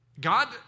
God